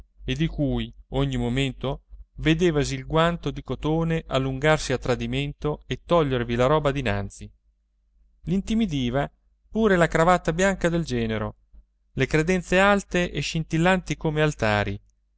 e di cui ogni momento vedevasi il guanto di cotone allungarsi a tradimento e togliervi la roba dinanzi l'intimidiva pure la cravatta bianca del genero le credenze alte e scintillanti come altari